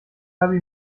habe